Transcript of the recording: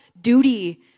duty